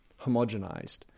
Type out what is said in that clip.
homogenized